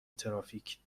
ترافیک